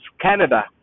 Canada